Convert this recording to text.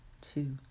two